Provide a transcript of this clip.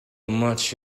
much